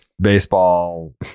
baseball